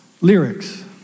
lyrics